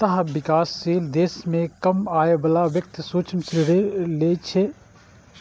मूलतः विकासशील देश मे कम आय बला व्यक्ति सूक्ष्म ऋण लै छै